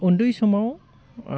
उन्दै समाव